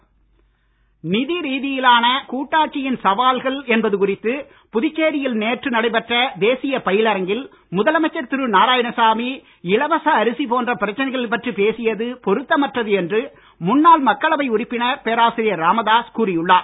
ராமதாஸ் நிதி ரீதியிலான கூட்டாட்சியின் சவால்கள் என்பது குறித்து புதுச்சேரியில் நேற்று நடைபெற்ற தேசிய பயிலரங்கில் முதலமைச்சர் திரு வி நாராயணசாமி இலவச அரிசி போன்ற பிரச்சனைகள் பற்றி பேசியது பொருத்தமற்றது என்று முன்னாள் மக்களவை உறுப்பினர் பேராசிரியர் ராமதாஸ் கூறி உள்ளார்